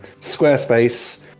Squarespace